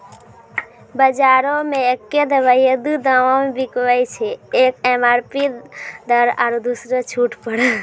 बजारो मे एक्कै दवाइ दू दामो मे बिकैय छै, एक एम.आर.पी दर आरु दोसरो छूट पर